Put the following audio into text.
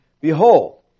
Behold